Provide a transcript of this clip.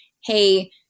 hey